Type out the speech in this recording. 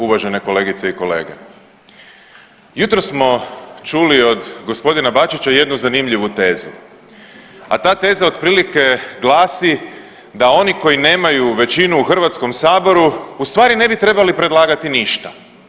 Uvažene kolegice i kolege, jutros smo čuli od gospodina Bačića jednu zanimljivu tezu, a ta teza otprilike glasi da oni koji nemaju većinu u Hrvatskom saboru u stvari ne bi trebali predlagati ništa.